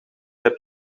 heb